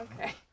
Okay